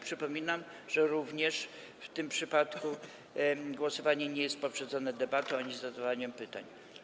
Przypominam, że również w tym przypadku głosowanie nie jest poprzedzone debatą ani zadawaniem pytań.